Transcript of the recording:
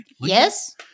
Yes